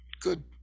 Good